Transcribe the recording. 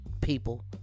people